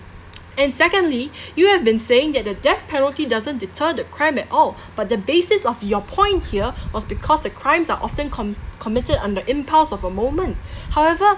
and secondly you have been saying that the death penalty doesn't deter the crime at all but the basis of your point here was because the crimes are often com~ committed under impulse of a moment however